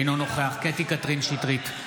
אינו נוכח קטי קטרין שטרית,